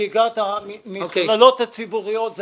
לחגיגת המכללות הציבוריות.